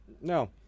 No